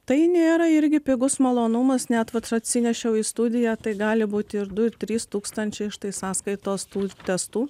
tai nėra irgi pigus malonumas net vat atsinešiau į studiją tai gali būti ir du trys tūkstančiai štai sąskaitos tų testų